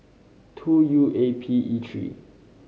two U A P E three